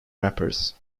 rappers